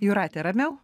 jūratė ramiau